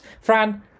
Fran